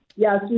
Yes